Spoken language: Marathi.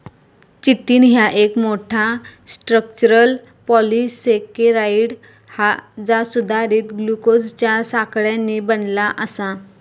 चिटिन ह्या एक मोठा, स्ट्रक्चरल पॉलिसेकेराइड हा जा सुधारित ग्लुकोजच्या साखळ्यांनी बनला आसा